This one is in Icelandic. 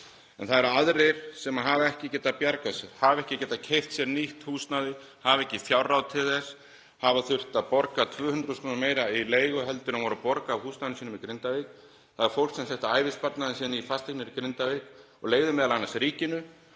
en það eru aðrir sem hafa ekki getað bjargað sér, hafa ekki getað keypt sér nýtt húsnæði, hafa ekki fjárráð til þess, hafa þurft að borga 200.000 kr. meira í leigu en þau voru að borga af húsnæði sínu í Grindavík. Það er fólk sem setti ævisparnaðinn sinn í fasteignir í Grindavík og leigði m.a. ríkinu